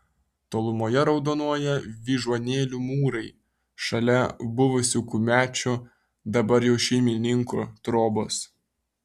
tolumoje raudonuoja vyžuonėlių mūrai šalia buvusių kumečių dabar jau šeimininkų trobos